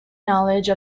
knowledge